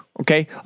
Okay